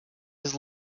his